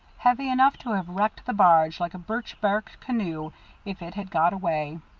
heavy enough to have wrecked the barge like a birch bark canoe if it had got away.